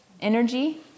energy